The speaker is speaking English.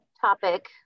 topic